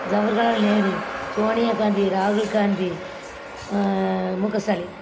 ஜவர்ஹலால் நேரு சோனியா காந்தி ராகுல் காந்தி முக ஸ்டாலின்